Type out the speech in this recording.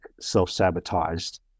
self-sabotaged